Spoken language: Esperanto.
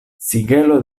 sigelo